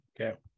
okay